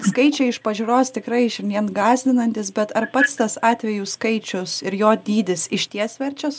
skaičiai iš pažiūros tikrai šiandien gąsdinantys bet ar pats tas atvejų skaičius ir jo dydis išties verčia